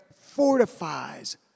fortifies